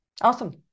awesome